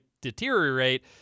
deteriorate